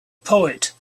poet